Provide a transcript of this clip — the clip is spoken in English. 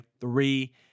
three